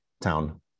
town